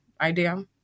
idea